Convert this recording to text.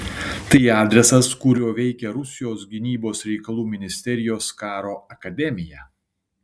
tai adresas kuriuo veikia rusijos gynybos reikalų ministerijos karo akademija